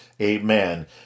Amen